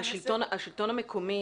לשלטון המקומי